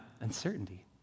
uncertainty